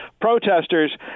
protesters